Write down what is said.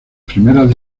primeras